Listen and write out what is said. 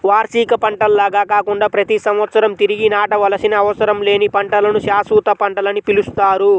వార్షిక పంటల్లాగా కాకుండా ప్రతి సంవత్సరం తిరిగి నాటవలసిన అవసరం లేని పంటలను శాశ్వత పంటలని పిలుస్తారు